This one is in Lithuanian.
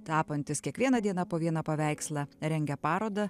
tapantis kiekvieną dieną po vieną paveikslą rengia parodą